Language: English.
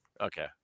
Okay